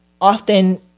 often